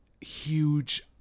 huge